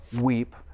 weep